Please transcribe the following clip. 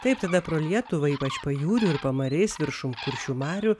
taip tada pro lietuvą ypač pajūriu ir pamariais viršum kuršių marių